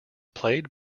played